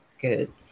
good